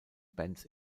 bands